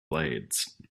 blades